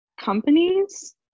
companies